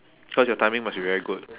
cause your timing must be very good